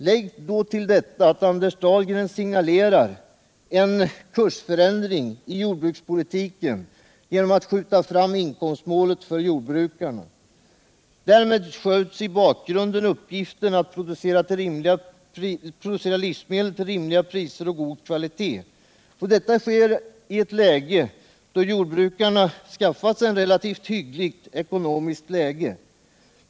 Lägg sedan till detta att Anders Dahlgren signalerar en kursändring i jordbrukspolitiken genom att skjuta fram inkomstmålet för jordbrukarna. Därmed skjuts i bakgrunden uppgiften att producera livsmedel av god kvalitet till rimliga priser. Detta sker i ett läge då jordbrukarna skaffat sig en relativt hygglig ekonomisk standard.